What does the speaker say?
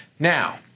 Now